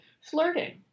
flirting